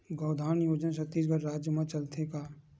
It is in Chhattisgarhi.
गौधन योजना छत्तीसगढ़ राज्य मा चलथे का?